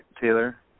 Taylor